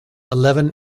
eleven